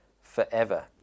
forever